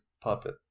Puppet